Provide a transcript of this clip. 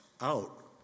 out